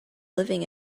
living